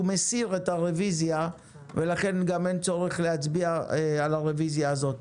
מסיר את הרביזיה ולכן גם אין צורך להצביע על הרביזיה הזאת.